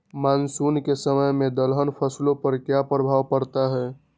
Monsoon के समय में दलहन फसलो पर क्या प्रभाव पड़ता हैँ?